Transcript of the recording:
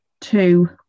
two